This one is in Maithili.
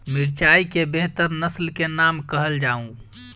मिर्चाई केँ बेहतर नस्ल केँ नाम कहल जाउ?